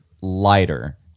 lighter